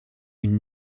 une